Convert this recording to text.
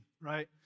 right